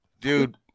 Dude